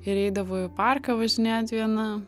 ir eidavau į parką važinėt viena